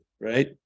right